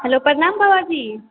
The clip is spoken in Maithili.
हेलो प्रणाम बाबा जी